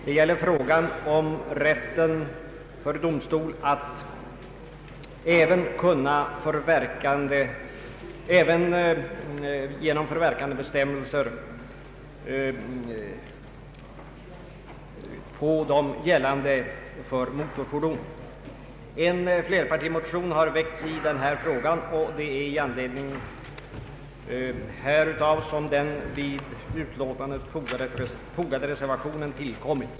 Det gäller frågan om rätten att vid domstol även få förverkandebestämmelserna gällande för mo torfordon. En = flerpartimotion har väckts i denna fråga och det är i anledning härav som den vid utlåtandet fogade reservationen har tillkommit.